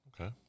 Okay